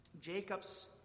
Jacob's